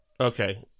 Okay